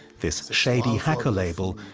this shady hacker label,